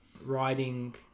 writing